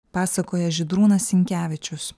pasakoja žydrūnas sinkevičius